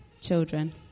children